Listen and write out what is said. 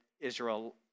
Israel